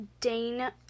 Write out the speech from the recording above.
Dane